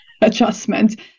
adjustment